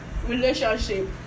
Relationship